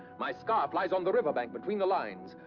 my scarf lies on the river bank between the lines.